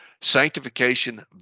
Sanctification